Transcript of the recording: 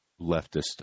leftist